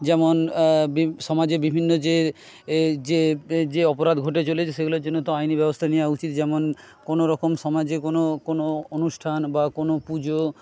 যেমন সমাজে বিভিন্ন যে যে অপরাধ ঘটে চলেছে সেগুলোর জন্য তো আইনি ব্যবস্থা নেওয়া উচিত যেমন কোনোরকম সমাজে কোনো কোনো অনুষ্ঠান বা কোনো পুজো